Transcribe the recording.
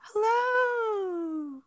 Hello